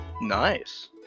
Nice